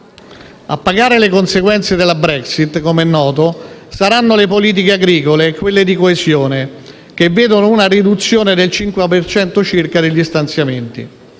A pagare le conseguenze della Brexit - come è noto - saranno le politiche agricole e quelle di coesione, che vedono una riduzione del 5 per cento circa degli stanziamenti.